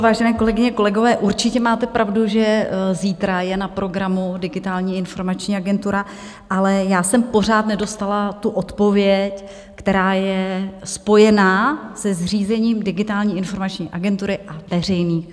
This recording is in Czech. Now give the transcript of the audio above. Vážené kolegyně, kolegové, určitě máte pravdu, že zítra je na programu Digitální informační agentura, ale já jsem pořád nedostala odpověď, která je spojená se zřízením Digitální informační agentury a veřejných zakázek.